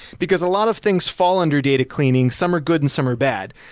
because a lot of things fall under data cleaning, some are good and some are bad.